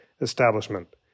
Establishment